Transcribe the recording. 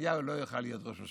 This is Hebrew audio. שנתניהו לא יוכל להיות ראש ממשלה.